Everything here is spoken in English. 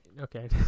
okay